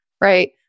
right